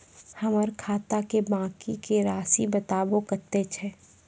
हमर खाता के बाँकी के रासि बताबो कतेय छै?